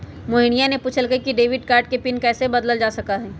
मोहिनीया ने पूछल कई कि डेबिट कार्ड के पिन कैसे बदल्ल जा सका हई?